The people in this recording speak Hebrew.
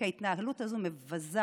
כי ההתנהלות הזו מבזה